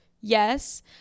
Yes